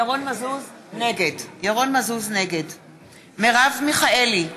נגד מרב מיכאלי,